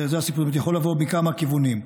זה יכול לבוא מכמה כיוונים.